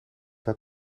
haar